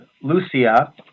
Lucia